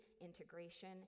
integration